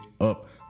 up